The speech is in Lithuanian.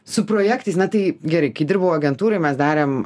su projektais na tai gerai kai dirbau agentūroj mes darėm